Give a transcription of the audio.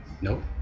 Nope